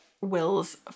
Will's